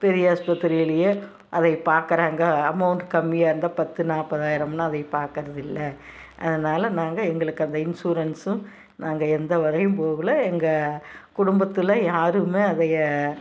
பெரியாஸ்பத்திரிலியே அதை பார்க்கறாங்க அமௌண்ட் கம்மியாக இருந்தால் பத்து நாற்பதாயிரம்னா அதை பார்க்கறது இல்லை அதனால நாங்கள் எங்களுக்கு அந்த இன்சூரன்ஸும் நாங்கள் எந்த வகையும் போகல எங்கள் குடும்பத்தில் யாரும் அதை